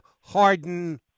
Harden